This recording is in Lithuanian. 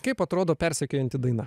kaip atrodo persekiojanti daina